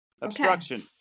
obstruction